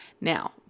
Now